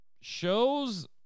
shows